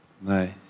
Nice